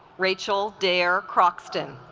rachel dare croxton